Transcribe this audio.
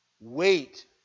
Wait